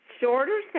shorter